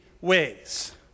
ways